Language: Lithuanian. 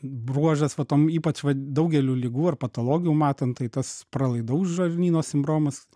bruožas va tom ypač vat daugeliu ligų ar patologijų matant tai tas pralaidaus žarnyno simbromas